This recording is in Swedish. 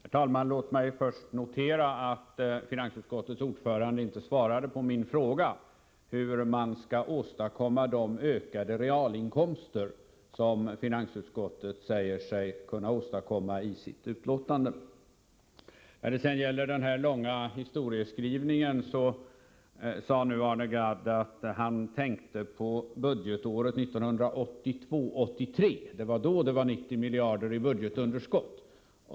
Herr talman! Låt mig först notera att finansutskottets ordförande inte svarade på min fråga, hur man skall åstadkomma de ökade realinkomster som finansutskottet i sitt betänkande säger sig kunna åstadkomma. Vad gäller den långa historieskrivningen sade nu Arne Gadd att han tänkte på budgetåret 1982/83. Det var då det var 90 miljarder i budgetunderskott.